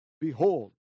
Behold